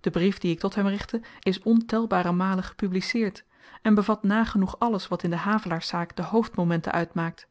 de brief dien ik tot hem richtte is ontelbare malen gepubliceerd en bevat nagenoeg alles wat in de havelaarszaak de hoofdmomenten uitmaakt